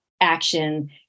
action